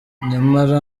nyamara